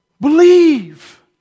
believe